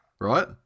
Right